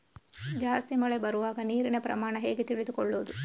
ಜಾಸ್ತಿ ಮಳೆ ಬರುವಾಗ ನೀರಿನ ಪ್ರಮಾಣ ಹೇಗೆ ತಿಳಿದುಕೊಳ್ಳುವುದು?